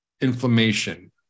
inflammation